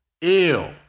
ill